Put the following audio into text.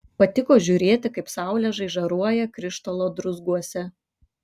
patiko žiūrėti kaip saulė žaižaruoja krištolo druzguose